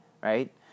right